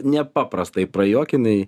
nepaprastai prajuokinai